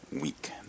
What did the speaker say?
week